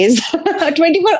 24